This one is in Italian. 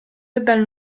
dal